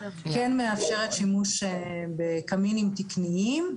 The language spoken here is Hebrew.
כן מאפשרת שימוש בקמינים תקניים.